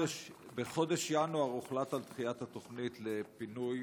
בחודש ינואר הוחלט על דחיית התוכנית לפינוי